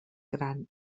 gran